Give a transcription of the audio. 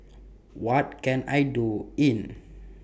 What Can I Do in